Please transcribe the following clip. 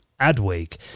Adweek